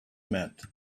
meant